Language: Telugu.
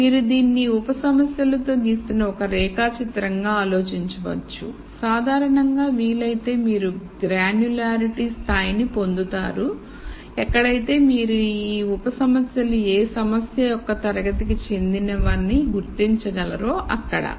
మీరు దీనిని ఈ ఉప సమస్యలతో గీస్తున్న ఒక రేఖా చిత్రంగా ఆలోచించవచ్చు సాధారణంగా వీలైతే మీరు గ్రాన్యులారిటీ స్థాయి ని పొందుతారు ఎక్కడైతే మీరు ఉప సమస్యలు ఏ సమస్య యొక్క తరగతి కి చెందినవని గుర్తించగలరో అక్కడ